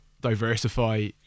diversify